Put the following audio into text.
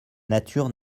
nature